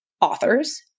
authors